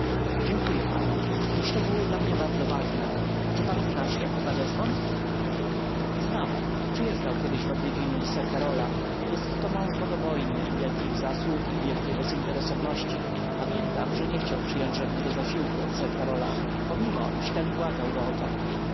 dziękuję panu te szczegóły są dla mnie bardzo ważne czy pan znasz jakóba desmond znam przyjeżdżał kiedyś w odwiedziny do sir karola jest to mąż bogobojny wielkich zasług i wielkiej bezinteresowności pamiętam że nie chciał przyjąć żadnego zasiłku od sir karola pomimo iż ten błagał go